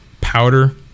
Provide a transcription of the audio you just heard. powder